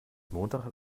montag